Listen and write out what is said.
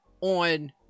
on